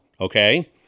okay